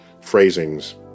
phrasings